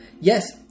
Yes